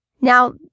Now